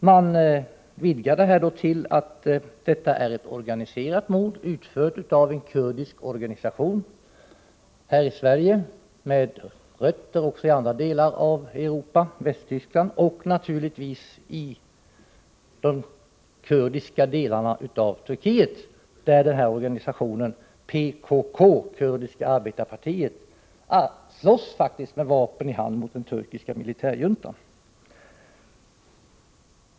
Fallet vidgas till att vara ett organiserat mord, utfört av en kurdisk organisation i Sverige med rötter också i andra delar av Europa, Västtyskland och naturligtvis i de kurdiska delarna av Turkiet, där denna organisation, PKK, Kurdistans arbetarparti, faktiskt slåss med vapen i hand mot den turkiska militärjuntan.